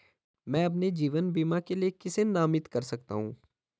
मैं अपने जीवन बीमा के लिए किसे नामित कर सकता हूं?